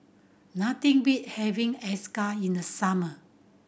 nothing beat having acar in the summer